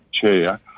Chair